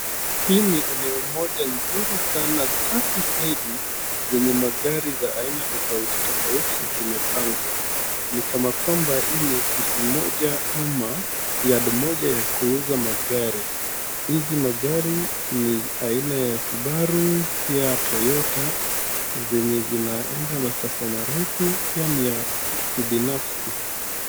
Hii ni eneo moja nzuri sana safi zaidi zenye magari ya aina tofauti tofauti zimepangwa. Ni kama kwamba hii ni kesi moja ama iadi moja kuuza magari. Hizi magari ni aina ya Subaru pia Toyota zenye zinaenda masafa marefu pia ni ya kibinasfi.